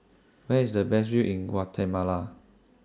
Where IS The Best View in Guatemala